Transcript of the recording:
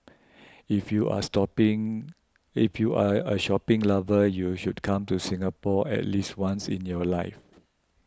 if you are stopping if you are a shopping lover you should come to Singapore at least once in your life